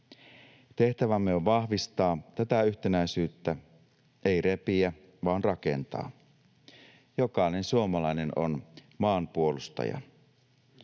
Tehtävämme on vahvistaa tätä yhtenäisyyttä, ei repiä vaan rakentaa. Jokainen suomalainen on maanpuolustaja.